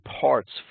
parts